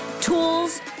tools